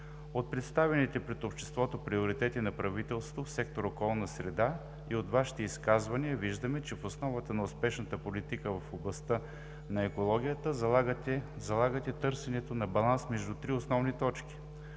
От представените пред обществото приоритети на правителството в сектор „Околна среда“ и от Вашите изказвания виждаме, че в основата на успешната политика в областта на екологията залагате търсенето на баланс между три основни точки: